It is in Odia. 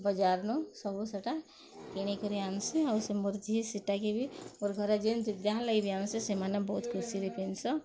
ବଜାରନୁ ସବୁ ସେଟା କିଣିକିରି ଆନ୍ସି ଆଉ ସେ ମୋର୍ ଝି ସେଟାକେ ବି ମୋର୍ ଘରେ ଯେନ୍ ଯାହାର୍ ଲାଗି ବି ଆନ୍ସି ସେମାନେ ବହୁତ୍ ଖୁସିରେ ପିନ୍ଧସନ୍